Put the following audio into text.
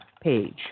page